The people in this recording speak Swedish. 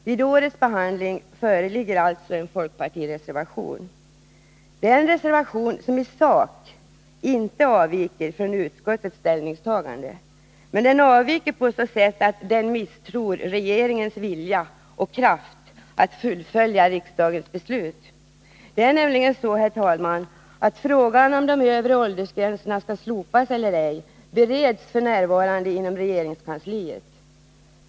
Vid årets behandling föreligger alltså en folkpartireservation. Det är en reservation som i sak inte avviker från utskottets ställningstagande, men den avviker på så sätt att den misstror regeringens vilja — och kraft — att fullfölja riksdagens beslut. Det är nämligen så, herr talman, att frågan om huruvida de övre åldersgränserna skall slopas eller ej bereds f. n. inom regeringskansliet.